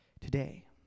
today